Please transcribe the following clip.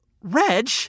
Reg